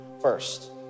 first